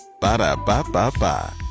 Ba-da-ba-ba-ba